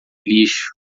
lixo